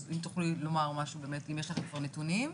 אז אם תוכלי לומר אם יש לכם כבר נתונים,